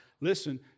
Listen